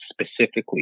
specifically